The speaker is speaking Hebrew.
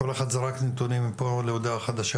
כל אחד זרק נתונים מפה להודעה חדשה.